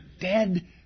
dead